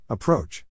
Approach